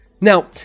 Now